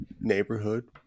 neighborhood